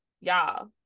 y'all